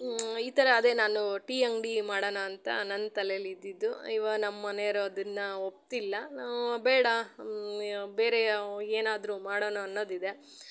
ಈ ಥರ ಅದೇ ನಾನು ಟೀ ಅಂಗಡಿ ಮಾಡಣ ಅಂತ ನನ್ನ ತಲೇಲ್ಲಿ ಇದ್ದಿದ್ದು ಇವು ನಮ್ಮ ಮನೆಯವರು ಅದನ್ನು ಒಪ್ಪುತ್ತಿಲ್ಲ ಬೇಡ ಬೇರೆ ಏನಾದ್ರೂ ಮಾಡಣ ಅನ್ನೋದು ಇದೆ